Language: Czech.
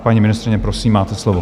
Paní ministryně, prosím, máte slovo.